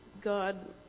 God